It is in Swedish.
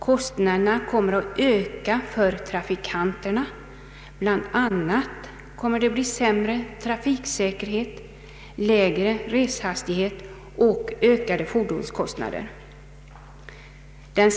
Kostnaderna kommer att öka för trafikanterna, det kommer att bli sämre trafiksäkerhet, lägre resehastighet och ökade fordonskostnader.